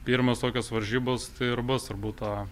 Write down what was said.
pirmos tokios varžybos ir bus turbūt ta